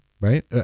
right